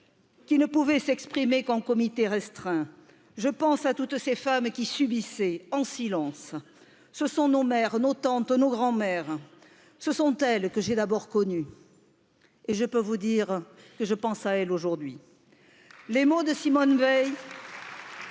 qui ne pouvaient s'exprimer qu'en comité restreint je pense à toutes ces femmes qui subissaient en silence ce sont nos mères, nos tantes, nos grand'mères, ce sont elles que j'ai d'abord connues et je peux vous dire que je pense à elles aujourd'hui les mots de Simone Veil.